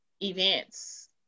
events